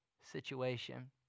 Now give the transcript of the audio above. situation